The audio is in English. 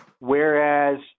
Whereas